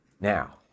Now